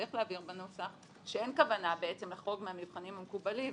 ואיך להעביר בנוסח שאין כוונה בעצם לחרוג מהמבחנים המקובלים,